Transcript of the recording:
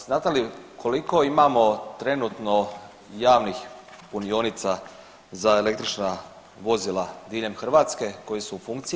Znate li koliko imamo trenutno javnih punionica za električna vozila diljem Hrvatska koji su u funkciji?